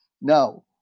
Now